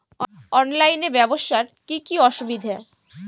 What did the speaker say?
অনলাইনে ব্যবসার কি কি অসুবিধা?